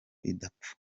idapfa